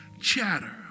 chatter